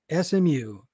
SMU